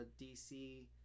DC